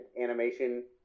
animation